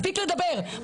מספיק לדבר.